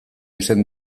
izen